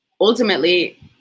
Ultimately